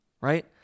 right